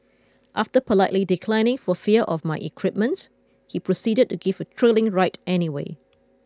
after politely declining for fear of my equipment he proceeded to give a thrilling ride anyway